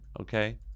Okay